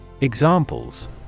Examples